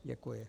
Děkuji.